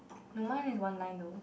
no mine is one line though